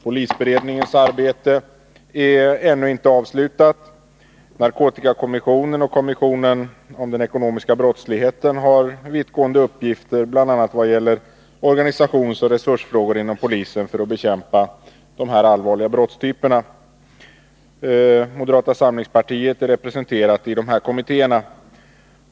Polisberedningens arbete är ännu inte avslutat, narkotikakommissionen och kommissionen som skall utveckla ett samlat program mot den ekonomiska brottsligheten och skatteflykten har vittgående uppgifter, bl.a. när det gäller organisationsoch resursfrågor inom polisen för att bekämpa dessa typer av allvarliga brott. Moderata samlingspartiet är representerat i de här kommissionerna.